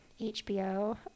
HBO